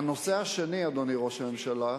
אדוני ראש הממשלה,